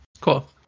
cool